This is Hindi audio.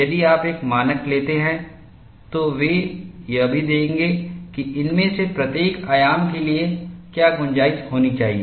यदि आप एक मानक लेते हैं तो वे यह भी देंगे कि इनमें से प्रत्येक आयाम के लिए क्या गुंजाइश होनी चाहिए